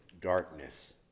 darkness